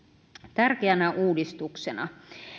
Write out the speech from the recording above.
tärkeänä uudistuksena